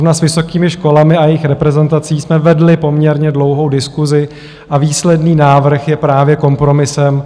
S vysokými školami a jejich reprezentací jsme vedli poměrně dlouhou diskusi a výsledný návrh je právě kompromisem.